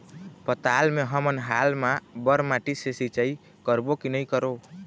पताल मे हमन हाल मा बर माटी से सिचाई करबो की नई करों?